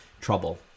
trouble